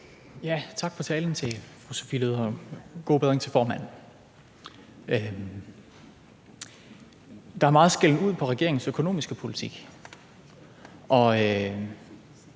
(S): Tak for talen til fru Sophie Løhde, og god bedring til formanden. Der er meget skælden ud på regeringens økonomiske politik,